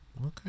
Okay